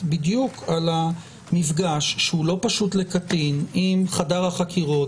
בדיוק על המפגש שהוא לא פשוט לקטינים עם חדר החקירות.